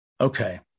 Okay